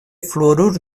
fluorur